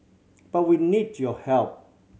but we need your help